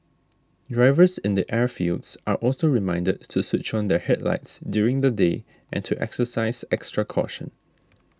drivers in the airfields are also reminded to switch on their headlights during the day and to exercise extra caution